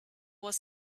was